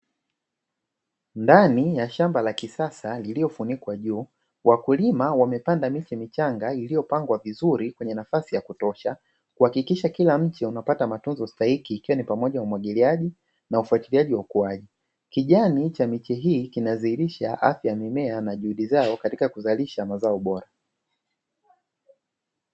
Ndani ya shamba la kisasa liliofunikwa juu, wakulima wamepanda miche michanga iliyopangwa vizuri kwenye nafasi ya kutosha, kuhakikisha kila mche unapata matunzo stahiki ikiwa ni pamoja na umwagiliaji na ufuatiliaji wa ukuaji. Kijani cha miche hii kinadhihirisha afya ya mimea na juhudi zao katika kuzalisha mazao bora.